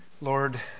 Lord